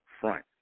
front